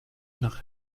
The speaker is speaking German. nach